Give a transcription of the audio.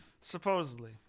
Supposedly